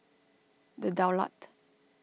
the Daulat